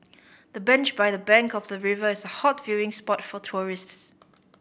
the bench by the bank of the river is hot viewing spot for tourists